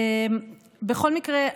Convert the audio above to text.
בכל מקרה,